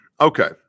Okay